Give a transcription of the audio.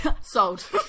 Sold